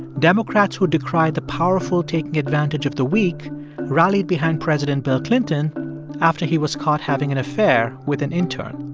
democrats who decry the powerful taking advantage of the weak rallied behind president bill clinton after he was caught having an affair with an intern.